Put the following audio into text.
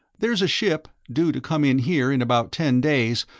there's a ship, due to come in here in about ten days,